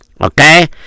Okay